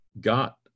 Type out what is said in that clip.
got